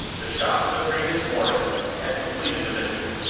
the shock of the previous morning had completed the mischief.